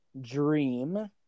dream